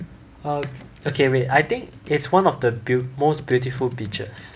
err okay wait I think it's one of the beau~ most beautiful beaches